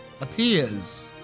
appears